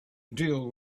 deal